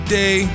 day